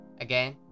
Again